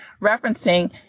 referencing